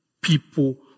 people